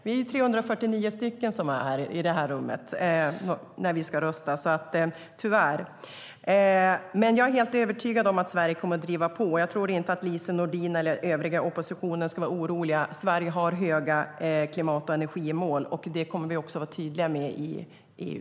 Vi är 349 personer i det här rummet när vi ska rösta. Men jag är helt övertygad om att Sverige kommer att driva på. Jag tror inte att Lise Nordin eller övriga i oppositionen ska vara oroliga. Sverige har höga klimat och energimål. Det kommer vi också att vara tydliga med i EU.